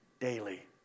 daily